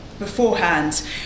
beforehand